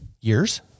years